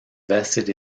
vested